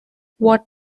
what